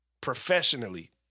professionally